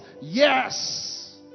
Yes